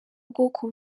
bwoko